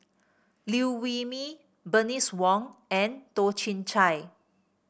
Liew Wee Mee Bernice Wong and Toh Chin Chye